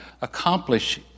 accomplish